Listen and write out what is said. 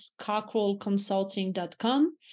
CockrellConsulting.com